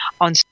on